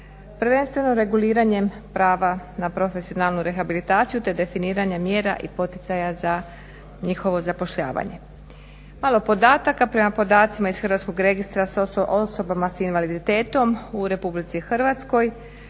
prvenstveno reguliranjem prava na profesionalnu rehabilitaciju te definiranje mjera i poticaja za njihovo zapošljavanje. Malo podataka, prema podacima iz Hrvatskog registra o osobama s invaliditetom u RH registrirano